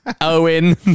Owen